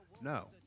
No